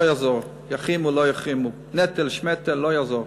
לא יעזור, יחרימו, לא יחרימו, נטל שמטל, לא יעזור.